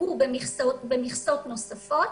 עובו במכסות נוספות.